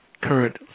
current